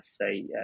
say